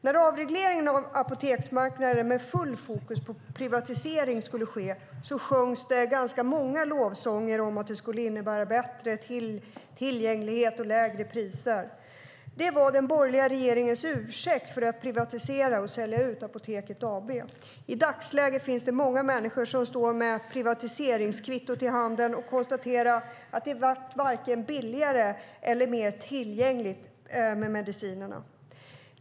När avregleringen av apoteksmarknaden, med full fokus på privatisering, skulle ske sjöngs det lovsånger om att det skulle innebära bättre tillgänglighet och lägre priser. Det var den borgerliga regeringens ursäkt för att privatisera och sälja ut Apoteket AB. I dagsläget står många människor med privatiseringskvittot i handen och konstaterar att det varken blev billigare eller mer tillgängligt med medicinerna.